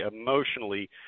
emotionally